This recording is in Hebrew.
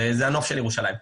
זה הנוף של ירושלים.